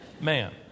man